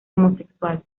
homosexual